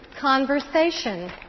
conversation